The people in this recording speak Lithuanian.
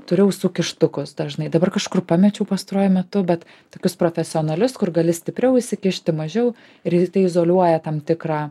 turiu ausų kištukus dažnai dabar kažkur pamečiau pastaruoju metu bet tokius profesionalius kur gali stipriau įsikišti mažiau riz tai izoliuoja tam tikrą